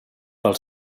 pel